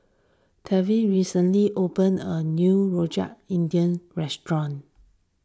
Tevin recently opened a new Rojak Indian restaurant